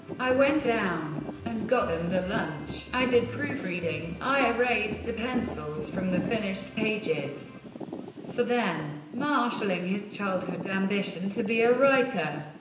i went down and got them their lunch, i did proofreading, i erased the pencils from the finished pages for them. marshaling his childhood ambition to be a writer,